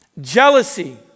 Jealousy